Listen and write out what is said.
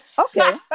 okay